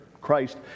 Christ